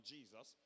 Jesus